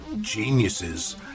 geniuses